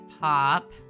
pop